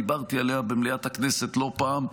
דיברתי עליה במליאת הכנסת לא פעם,